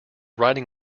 writing